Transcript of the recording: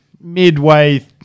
midway